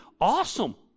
Awesome